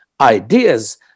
ideas